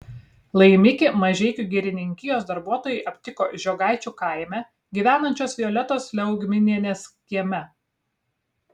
laimikį mažeikių girininkijos darbuotojai aptiko žiogaičių kaime gyvenančios violetos liaugminienės kieme